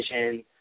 Vision